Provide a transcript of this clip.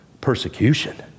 Persecution